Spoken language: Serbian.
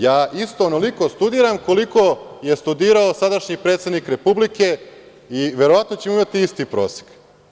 Ja isto onoliko studiram koliko je studirao sadašnji predsednik Republike i verovatno ćemo imati isti prosek.